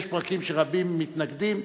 יש פרקים שרבים מתנגדים,